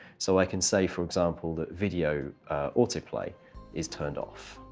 so i can say, for example, that video auto play is turned off.